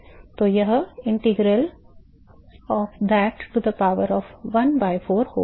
तो यह integral of that to the power of 1 by 4 होगा